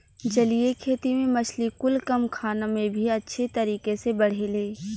जलीय खेती में मछली कुल कम खाना में भी अच्छे तरीके से बढ़ेले